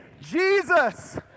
Jesus